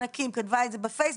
חנה קים כתבה את זה בפייסבוק.